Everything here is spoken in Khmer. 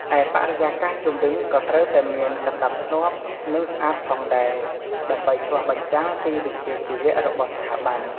ឯបរិយាកាសជុំវិញក៏ត្រូវតែមាន សណ្តាប់ធ្នាប់ និងស្អាតផងដែរ ដើម្បីឆ្លុះបញ្ចាំងពីវិជ្ជាជីវៈរបស់ស្ថាប័ន។